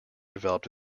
developed